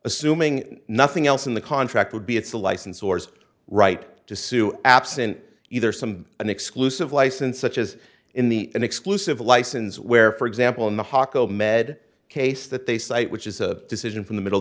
assuming nothing else in the contract would be it's a license or its right to sue absent either some an exclusive license such as in the an exclusive license where for example in the hot gold med case that they cite which is a decision from the middle